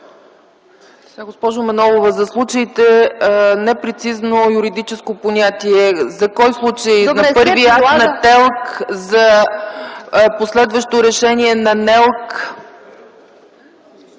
Госпожо Манолова, „за случаите” е непрецизно юридическо понятие. За кои случаи – за първия акт на ТЕЛК, за последващо решение на НЕЛК?